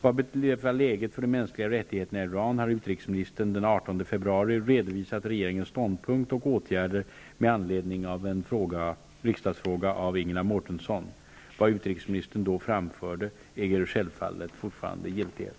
Vad beträffar läget för de mänskliga rättigheterna i Iran har utrikesministern den 18 februari med anledning av en riksdagsfråga av Ingela Mårtensson re dovisat regeringens ståndpunkt och åtgärder. Vad utrikesministern då fram förde äger självfallet fortsatt giltighet.